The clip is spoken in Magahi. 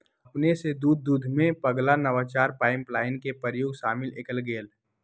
अपने स दूध दूहेमें पगला नवाचार पाइपलाइन के प्रयोग शामिल कएल गेल